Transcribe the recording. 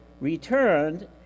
returned